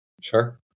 sure